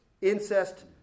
incest